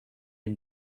and